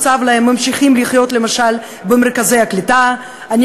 ממשיכים לחיות במרכזי הקליטה הרבה מעבר לזמן שהוקצב להם.